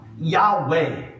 Yahweh